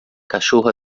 cachorro